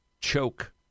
choke